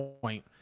point